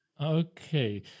Okay